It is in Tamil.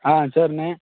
ஆ சரிண்ணே